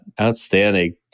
Outstanding